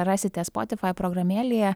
rasite spotifai programėlėje